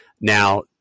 Now